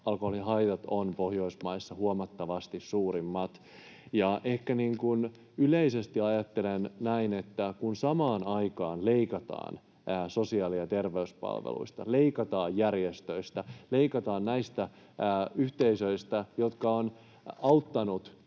alkoholin haitat ovat Pohjoismaista huomattavasti suurimmat. Ehkä yleisesti ajattelen näin, että samaan aikaan kun leikataan sosiaali- ja terveyspalveluista, leikataan järjestöistä, leikataan näistä yhteisöistä, jotka ovat auttaneet